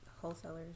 wholesalers